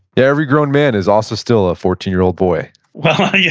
yeah every grown man is also still a fourteen year old boy well, yeah.